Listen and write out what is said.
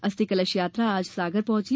अस्थि कलश यात्रा आज सागर पहुंची